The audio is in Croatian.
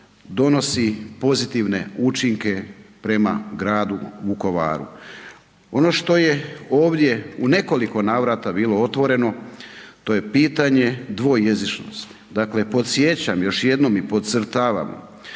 donosi pozitivne učinke prema gradu Vukovaru. Ono što je ovdje u nekoliko navrata bilo otvoreno, to je pitanje dvojezičnosti. Dakle, podsjećam još jednom i podcrtavam